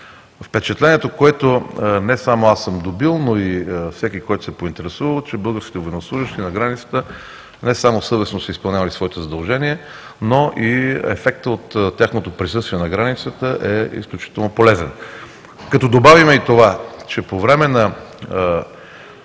Впечатлението, което не само аз съм добил, но и всеки, който се е поинтересувал, е, че българският военнослужещ, който е на границата не само съвестно изпълнява своите задължения, но и ефектът от тяхното присъствие на границата е изключително полезен. Като добавим и това, че по време на